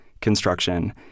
construction